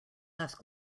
ask